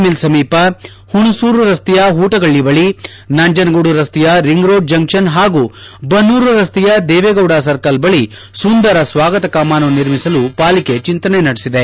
mill ಸಮೀಪ ಹುಣಸೂರು ರಸ್ತೆಯ ಪೂಟಗಳ್ಳಿ ಬಳಿ ನಂಜನಗೂಡು ರಸ್ತೆಯ ರಿಂಗ್ ರೋಡ್ ಜಂಕ್ಷನ್ ಹಾಗೂ ಬನ್ನೂರು ರಸ್ತೆಯ ದೇವೇಗೌಡ ಸರ್ಕಲ್ ಬಳಿ ಸುಂದರ ಸ್ವಾಗತ ಕಮಾನು ನಿರ್ಮಿಸಲು ಪಾಲಿಕೆ ಚಿಂತನೆ ನಡೆಸಿದೆ